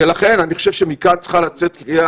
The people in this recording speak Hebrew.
ולכן אני חושב שמכאן צריכה לצאת קריאה,